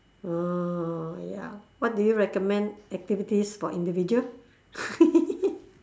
orh ya what do you recommend activities for individual